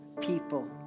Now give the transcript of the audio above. people